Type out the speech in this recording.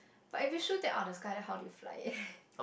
but if you shoot it out of the sky then how do you fly it